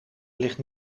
ligt